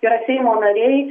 yra seimo nariai